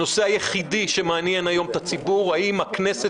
הנושא היחיד שמעניין היום את הציבור: האם הכנסת